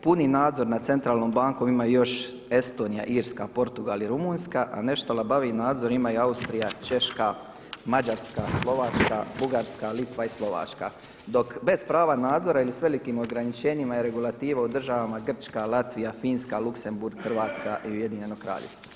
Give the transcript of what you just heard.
Puni nadzor nad centralnom bankom imaju još Estonija, Irska, Portugal i Rumunjska, a nešto labaviji nadzor imaju Austrija, Češka, Mađarska, Slovačka, Bugarska, Litva i Slovačka, dok bez prava nadzora ili s velikim ograničenjima i regulativama Grčka, Latvija, Finska, Luksemburg, Hrvatska i Ujedinjeno Kraljevstvo.